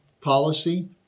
policy